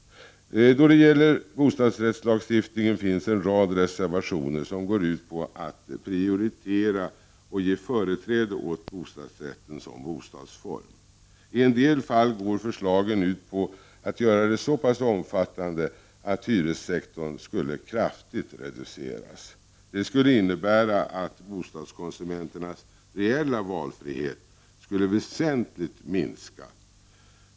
Då det gäller bostadsrättslagstiftningen finns en rad reservationer som går ut på att prioritera och ge företräde åt bostadsrätten som bostadsform. I en del fall går förslagen ut på att göra detta så pass omfattande att hyressektorn kraftigt skulle reduceras. Det skulle innebära att bostadskonsumenternas reella valfrihet väsentligt skulle minskas.